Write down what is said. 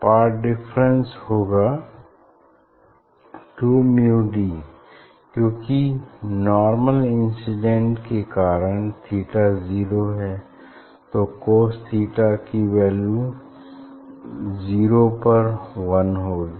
path difference होगा two mu d क्यूंकि normal incidence के कारण थीटा जीरो है तो कोस थीटा की वैल्यू जीरो पर वन होगी